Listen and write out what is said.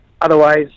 Otherwise